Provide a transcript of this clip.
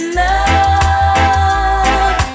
love